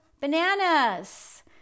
bananas